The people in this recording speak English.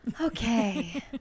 Okay